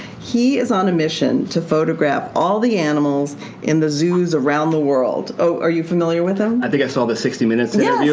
he is on a mission to photograph all the animals in the zoos around the world. oh, are you familiar with him? jordan i think i saw the sixty minutes yeah yeah